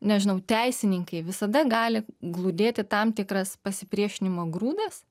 nežinau teisininkai visada gali glūdėti tam tikras pasipriešinimo grūdas